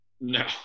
No